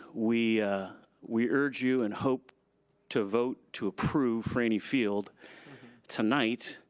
we we urge you and hope to vote to approve frainie field tonight,